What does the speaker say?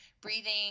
breathing